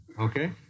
okay